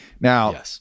Now